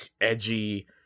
edgy